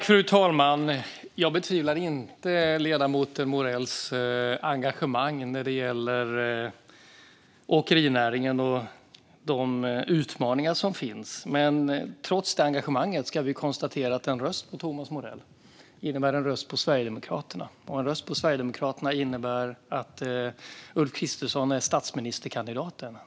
Fru talman! Jag betvivlar inte ledamoten Morells engagemang när det gäller åkerinäringen och de utmaningar som finns. Men trots det engagemanget kan vi konstatera att en röst på Thomas Morell innebär en röst på Sverigedemokraterna. Och en röst på Sverigedemokraterna innebär att Ulf Kristersson är statsministerkandidaten.